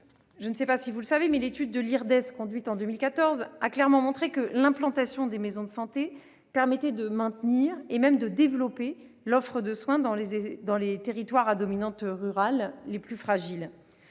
de recherche et documentation en économie de la santé, conduite en 2014, a clairement montré que l'implantation des maisons de santé permettait de maintenir et même de développer l'offre de soins dans les territoires à dominante rurale, plus fragiles.